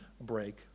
break